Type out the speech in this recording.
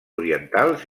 orientals